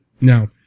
Now